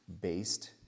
based